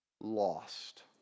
lost